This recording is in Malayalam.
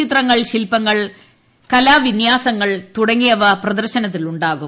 ചിത്രങ്ങൾ ശിൽപങ്ങൾ കലാവിന്യാസങ്ങൾ തുടങ്ങിയവ പ്രദർശനത്തിൽ ഉണ്ടാകും